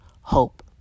hope